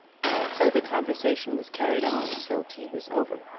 and so the conversation was carried on till tea was over.